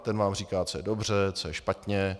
Ten vám říká, co je dobře, co je špatně.